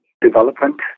development